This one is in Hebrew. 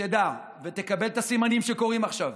שתדע ותקבל את הסימנים שקורים עכשיו